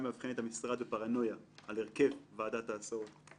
היה מאבחן את המשרד בפראנויה על הרכב ועדת ההסעות.